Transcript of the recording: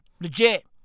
Legit